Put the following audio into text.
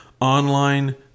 Online